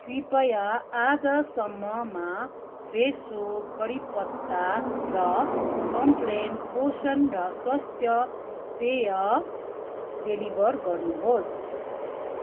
कृपया आजसम्ममा फ्रेसो कढीपत्ता र कम्प्लेन पोषण र स्वास्थ्य पेय डेलिभर गर्नुहोस्